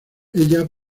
ella